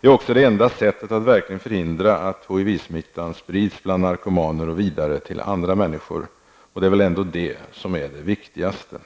Det är också det enda sättet att verkligen förhindra att HIV-smittan sprids bland narkomaner och vidare till andra människor. Och det är väl ändå det som är det viktigaste!